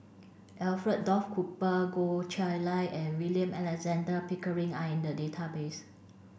Alfred Duff Cooper Goh Chiew Lye and William Alexander Pickering are in the database